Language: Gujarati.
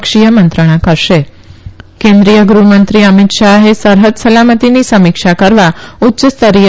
ક્ષીય મંત્રણા કરશેપ કેન્દ્રીય ગૃહમંત્રી અમિત શાહે સરફદ સલામતીની સમીક્ષા કરવા ઉચ્યસ્તરીય